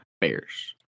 Bears